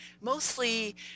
mostly